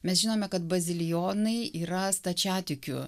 mes žinome kad bazilijonai yra stačiatikių